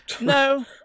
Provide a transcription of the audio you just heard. No